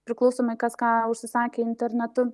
priklausomi kas ką užsisakė internetu